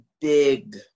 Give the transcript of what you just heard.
big